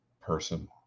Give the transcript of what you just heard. person